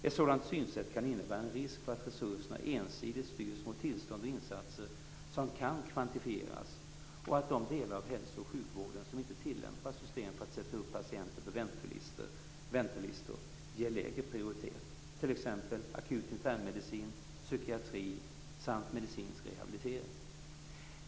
Ett sådant synsätt kan innebära en risk för att resurserna ensidigt styrs mot tillstånd och insatser som kan kvantifieras och att de delar av hälso och sjukvården som inte tillämpar system för att sätta upp patienter på väntelistor ges lägre prioritet, t.ex. akut internmedicin, psykiatri samt medicinsk rehabilitering.